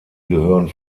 gehören